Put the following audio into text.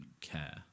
care